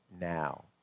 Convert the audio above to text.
now